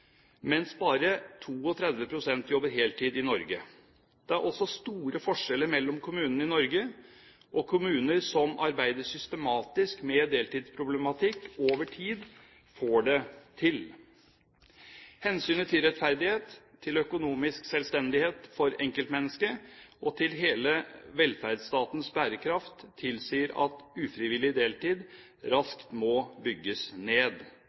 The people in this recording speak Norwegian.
mens bare 32 pst. jobber heltid i Norge. Det er også store forskjeller mellom kommunene i Norge, og kommuner som arbeider systematisk med deltidsproblematikk over tid, får det til. Hensynet til rettferdighet, til økonomisk selvstendighet for enkeltmennesket og til hele velferdsstatens bærekraft tilsier at ufrivillig deltid raskt må bygges ned.